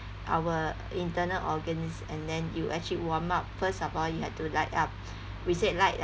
our internal organs and then you actually warm up first of all you had to light up we said light